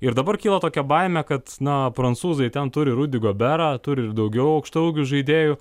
ir dabar kyla tokia baimė kad na prancūzai ten turi rudį goberą turi ir daugiau aukštaūgių žaidėjų